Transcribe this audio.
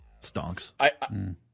Stonks